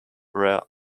rare